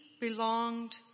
belonged